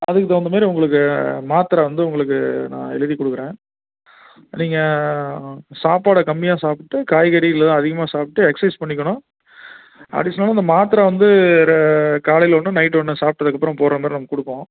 அதுக்கு தகுந்தமாரி உங்களுக்கு மாத்திர வந்து உங்களுக்கு நான் எழுதி கொடுக்குறேன் நீங்கள் சாப்பாடை கம்மியாக சாப்பிட்டுட்டு காய்கறி இதெல்லாம் அதிகமாக சாப்பிட்டு எக்ஸ்சைஸ் பண்ணிக்கணும் அடிஷ்னலாக இந்த மாத்திர வந்து ஒரு காலையில் ஒன்று நைட்டு ஒன்று சாப்பிட்டதுக்கு அப்புறம் போடுற மாதிரி ஒன்று கொடுப்போம்